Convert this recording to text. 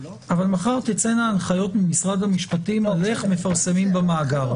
יצאו הנחיות ממשרד המשפטים לגבי איך מפרסמים במאגר.